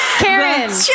Karen